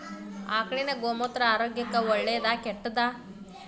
ಆಕಳಿನ ಗೋಮೂತ್ರ ಆರೋಗ್ಯಕ್ಕ ಒಳ್ಳೆದಾ ಕೆಟ್ಟದಾ?